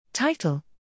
Title